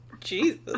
Jesus